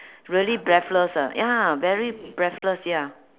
really breathless ah ya very breathless ya